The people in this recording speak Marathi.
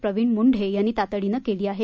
प्रवीण मुंढे यांनी तातडीनं केली आहे